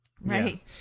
Right